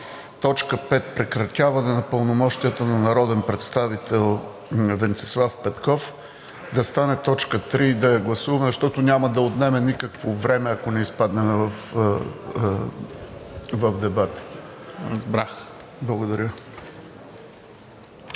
точка 5 – „Прекратяване на пълномощията на народен представител – Венцислав Петков, да стане точка 3, и да я гласуваме, защото няма да отнеме никакво време, ако не изпаднем в дебати. Благодаря.